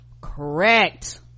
Correct